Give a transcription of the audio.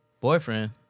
Boyfriend